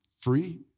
free